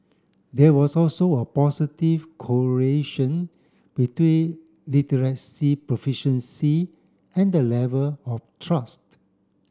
there was also a positive correlation between literacy proficiency and the level of trust